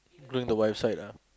blame the wife side ah